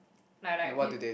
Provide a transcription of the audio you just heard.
like like you